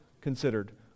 considered